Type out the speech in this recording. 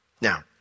Now